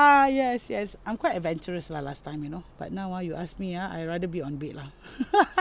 ah yes yes I'm quite adventurous lah last time you know but now ah you ask me ah I rather be on bed lah